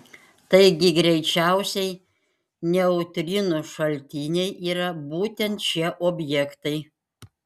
taigi greičiausiai neutrinų šaltiniai yra būtent šie objektai